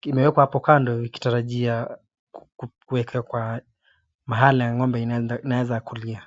kimewekwa hapa kando ikitarajia kuwekwa kwa mahala ya ngombe ambayo inaweza kulia .